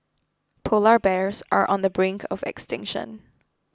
Polar Bears are on the brink of extinction